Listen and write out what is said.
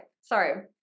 sorry